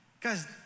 Guys